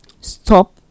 stop